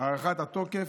הארכת התוקף.